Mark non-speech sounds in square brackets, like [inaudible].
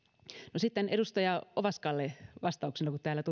no sitten edustaja ovaskalle vastauksena kun täällä [unintelligible]